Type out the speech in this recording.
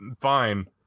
fine